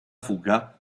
fuga